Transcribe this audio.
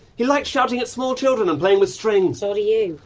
he liked shouting at small children and playing with string. so do you.